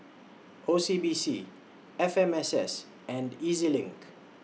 O C B C F M S S and E Z LINK